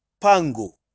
Pango